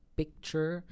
picture